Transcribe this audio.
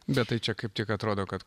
bet tai čia kaip tik atrodo kad